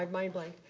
and mind blank.